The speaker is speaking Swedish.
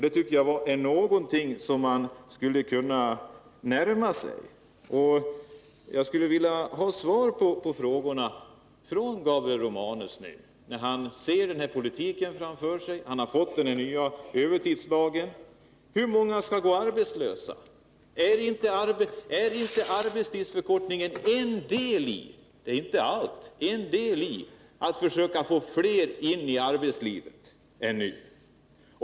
Det tycker jag är någonting som man skulle kunna närma sig. När Gabriel Romanus nu fått den nya övertidslagen och ser politiken framför sig skulle jag från honom vilja ha svar på frågan: Hur många skall gå arbetslösa? Är inte arbetstidsförkortningen ett sätt — det är inte det enda— att få flera än nu in i arbetslivet?